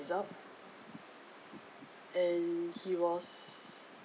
and he was